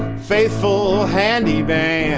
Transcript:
faithfull handy man